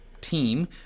team